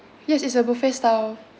yes it's a buffet style